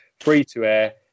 free-to-air